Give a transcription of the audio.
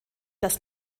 das